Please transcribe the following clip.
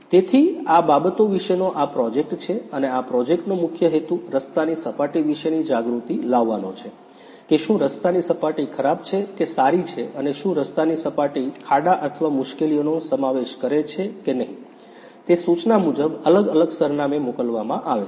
તેથી આ બાબતો વિશેનો આ પ્રોજેક્ટ છે અને આ પ્રોજેક્ટનો મુખ્ય હેતુ રસ્તાની સપાટી વિશેની જાગૃતિ લાવવાનો છે કે શું રસ્તાની સપાટી ખરાબ છે કે સારી છે અને શું રસ્તાની સપાટી ખાડા અથવા મુશ્કેલીઓનો સમાવેશ કરે છે કે નહીં તે સૂચના મુજબ અલગ અલગ સરનામેં મોકલવામાં આવે છે